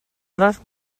les